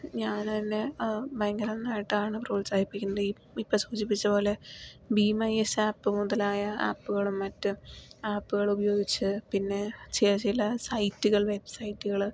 ഞാൻ അതിനെ ഭയങ്കരമായിട്ടാണ് പ്രോത്സഹിപ്പിക്കുന്നത് ഇപ്പോൾ സൂചിപ്പിച്ചതു പോലെ B M I S app മുതലായ ആപ്പുകളും മറ്റും ആപ്പുകൾ ഉപയോഗിച്ച് പിന്നെ ചില ചില സൈറ്റുകൾ വെബ് സൈറ്റുകൾ